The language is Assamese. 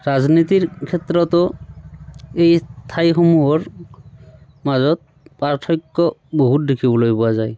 ৰাজনীতিৰ ক্ষেত্ৰতো এই ঠাইসমূহৰ মাজত পাৰ্থক্য বহুত দেখিবলৈ পোৱা যায়